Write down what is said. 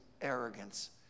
arrogance